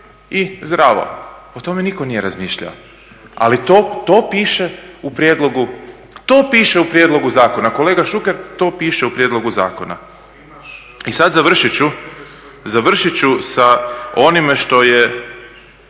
i zdravo. O tome niko nije razmišljao. Ali to piše u prijedlogu zakona. Kolega Šuker, to piše u prijedlogu zakona. I sad završit ću sa onime što je